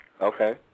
Okay